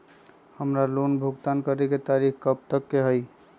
हमार लोन भुगतान करे के तारीख कब तक के हई?